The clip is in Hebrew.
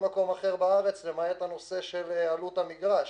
מקום אחר בארץ למעט הנושא של עלות המגרש.